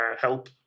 help